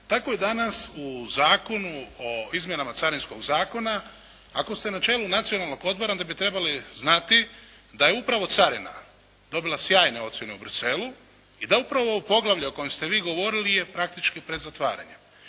Tako je danas u Zakonu o izmjenama Carinskog zakona ako ste na čelu Nacionalnog odbora onda bi trebali znati da je upravo carina dobila sjajne ocjene u Bruxellesu i da upravo u poglavlju o kojem ste vi govorili je praktički pred zatvaranjem